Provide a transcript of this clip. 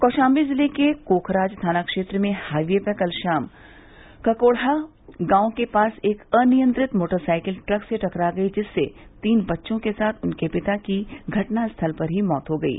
कौशाम्बी जिले के कोखराज थाना क्षेत्र में हाई वे पर कल शाम ककोड़हा गांव के पास एक अनियंत्रित मोटरसाइकिल ट्रक से टकरा गई जिससे तीन बच्चों के साथ उनके पिता की घटनास्थल पर ही मौत हो गयी